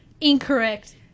Incorrect